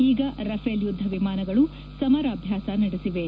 ಈಗ ರಫೇಲ್ ಯುದ್ಧವಿಮಾನಗಳು ಸಮರಾಭ್ಯಾಸ ನಡೆಸಿವೆ